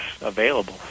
available